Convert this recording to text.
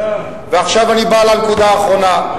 אֵהה, עכשיו, אני מגיע לנקודה האחרונה.